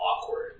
awkward